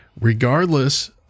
regardless